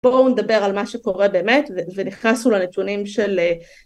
בואו נדבר על מה שקורה באמת ונכנסנו לנתונים של